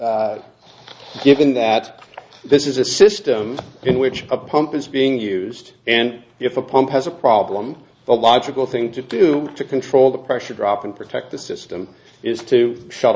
us given that this is a system in which a pump is being used and if a pump has a problem the logical thing to do to control the pressure drop and protect the system is to shut